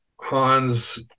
Hans